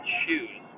shoes